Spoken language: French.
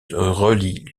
relie